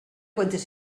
cuentes